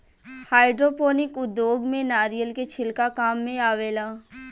hydroponic उद्योग में नारिलय के छिलका काम मेआवेला